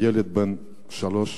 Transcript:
ילד בן שלוש